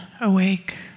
awake